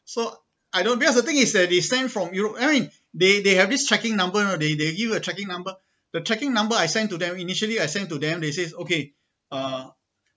so I don't because the thing is that they send from europe I mean they they have this tracking number you know they they give you a tracking number the tracking number I send to them initially I sent to them they says okay uh